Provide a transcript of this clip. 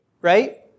Right